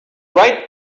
right